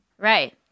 right